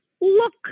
look